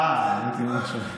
אה, הייתי אומר שלום.